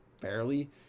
fairly